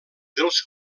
dels